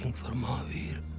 for mahavir.